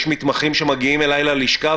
יש מתמחים שמגיעים אליי ללשכה,